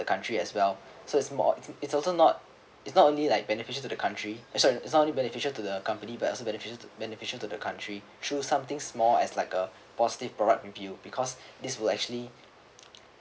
~e country as well so it's more it's also not it's not only like beneficial to the country sorry it's not only beneficial to the company but also beneficial to beneficial to the country through something small as like a positive product review because this will actually